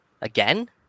again